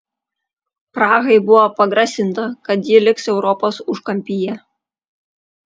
prahai buvo pagrasinta kad ji liks europos užkampyje